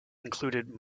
included